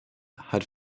hat